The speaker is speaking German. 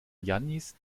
jannis